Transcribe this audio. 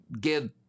give